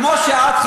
כמו שאת,